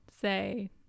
say